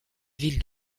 ville